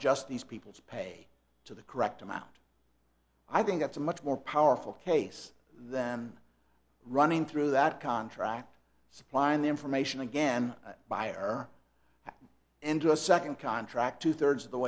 just these people's pay to the correct amount i think that's a much more powerful case than running through that contract supplying the information again buyer and a second contract two thirds of the